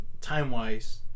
time-wise